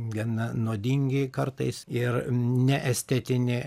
gana nuodingi kartais ir ne estetinį